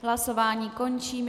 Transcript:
Hlasování končím.